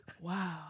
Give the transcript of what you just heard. Wow